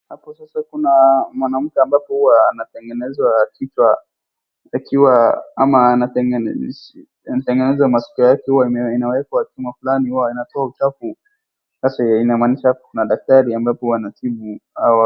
Hapo sasa kuna mwanamke ambapo huwa anatengenezwa kichwa akiwa ama anatengenezwa maskio yake huwa inawekwa chuma fulani hua inatoa uchafu. Sasa inamaanisha daktari ambapo huwa anatibu.